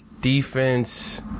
defense